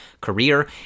career